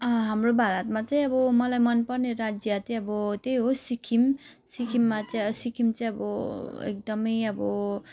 हाम्रो भारतमा चाहिँ अब मलाई मनपर्ने राज्य चाहिँ अब त्यही हो सिक्किम सिक्किममा चाहिँ सिक्किम चाहिँ अब एकदमै अब